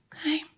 Okay